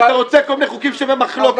ואתה רוצה כל מיני חוקים שהם במחלוקת.